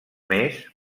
més